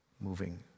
moving